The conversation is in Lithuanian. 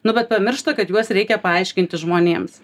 nu bet pamiršta kad juos reikia paaiškinti žmonėms